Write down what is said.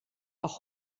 auch